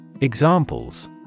Examples